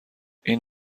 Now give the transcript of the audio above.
این